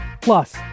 plus